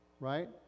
Right